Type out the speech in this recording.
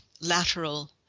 lateral